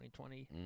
2020